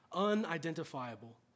unidentifiable